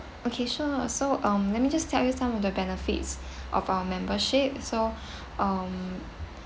okay sure so um let me just tell you some of the benefits of our membership so um